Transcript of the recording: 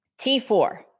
T4